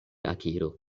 akiro